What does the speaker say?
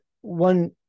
one